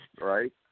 Right